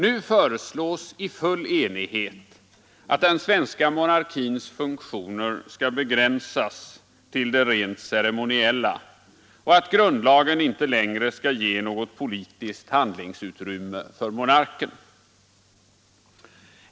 Nu föreslås i full enighet att den svenska monarkins funktioner skall begränsas till det rent ceremoniella och att grundlagen icke längre skall ge något politiskt handlingsutrymme för monarken.